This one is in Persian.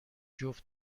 جفت